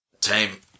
team